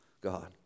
God